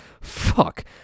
Fuck